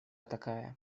такая